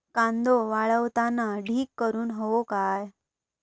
कांदो वाळवताना ढीग करून हवो काय?